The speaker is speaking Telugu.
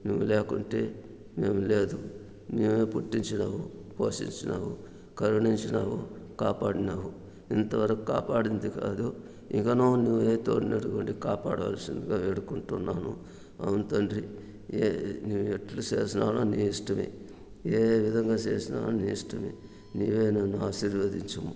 నువ్వు లేకుంటే మేము లేదు నువ్వే పుట్టించినావు పోషించినావు కరుణించినావు కాపాడినావు ఇంతవరుకు కాపాడింది కాదు ఇకను నువ్వే తోడు నీడగా ఉండి కాపాడాల్సిందిగా వేడుకుంటున్నాను అవును తండ్రి నువ్వు ఎట్లా చేసినాను నీ ఇష్టమే ఏ విధంగా చేసినా నీ ఇష్టమే నీవే నన్ను ఆశీర్వదించుము